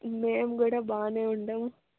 మేము కూడా బాగానే ఉన్నాం